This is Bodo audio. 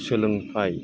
सोलोंथाइ